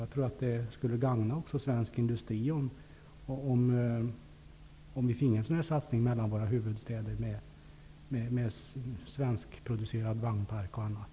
Jag tror att det skulle gagna svensk industri om det blev en satsning på järnvägsförbindelser mellan Sveriges och Norges huvudstäder, och då med t.ex.